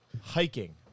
hiking